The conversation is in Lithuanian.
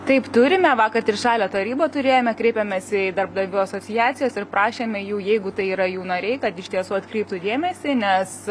taip turime vakar trišalę tarybą turėjome kreipėmės į darbdavių asociacijas ir prašėme jų jeigu tai yra jų nariai kad iš tiesų atkreiptų dėmesį nes